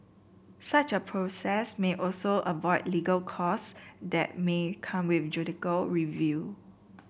such a process may also avoid legal costs that may come with judicial review